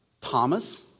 thomas